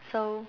so